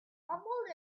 mumbled